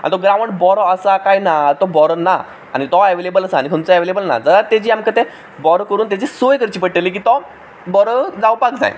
आनी तो ग्रावंड बरो आसा काय ना आतां तो बरो ना आनी तो एवेलेबल आसा आनी खंयचो एवेलेबल ना जाल्यार तेजें आमकां तें बरो करून तेची सोय करची पडटली की तो बरो जावपाक जाय